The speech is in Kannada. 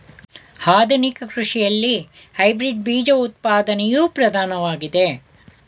ಆಧುನಿಕ ಕೃಷಿಯಲ್ಲಿ ಹೈಬ್ರಿಡ್ ಬೀಜ ಉತ್ಪಾದನೆಯು ಪ್ರಧಾನವಾಗಿದೆ